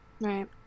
Right